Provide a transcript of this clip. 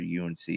UNC